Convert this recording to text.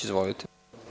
Izvolite.